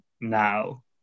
now